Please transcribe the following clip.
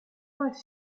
wollte